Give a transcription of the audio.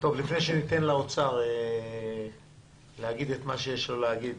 לפני שאתן לאוצר להגיד את מה שיש לו להגיד